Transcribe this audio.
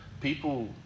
people